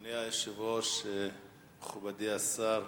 אדוני היושב-ראש, מכובדי השר,